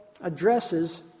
addresses